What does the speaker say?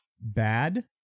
bad